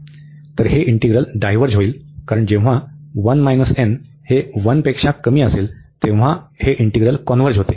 तर हे integral diverge होईल कारण जेव्हा 1 n हे 1 पेक्षा कमी असेल तेव्हा हे इंटीग्रल कॉन्व्हर्ज होते